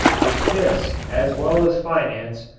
with fists as well as finance,